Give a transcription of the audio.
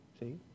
See